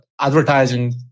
advertising